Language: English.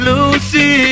Lucy